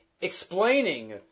explaining